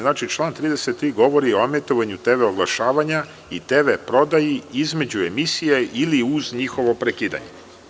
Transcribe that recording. Znači, član 33. govori o emitovanju TV oglašavanja i TV prodaji između emisija ili uz njihovo prekidanje.